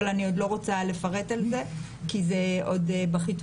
אבל אני עוד לא רוצה לפרט על זה כי זה עוד בחיתולים.